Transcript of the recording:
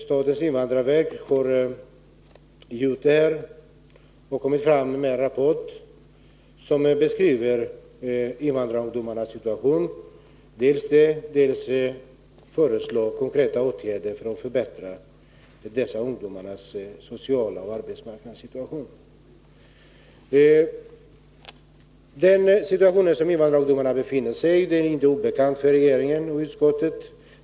Statens invandrarverk har fullgjort detta uppdrag och avlämnat en rapport, där man dels beskriver invandrarungdomars situation, dels föreslår konkreta åtgärder till förbättringar. Den situation som invandrarungdomarna befinner sig i är inte obekant för regeringen och utskottet.